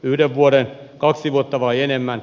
yhden vuoden kaksi vuotta vai enemmän